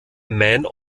man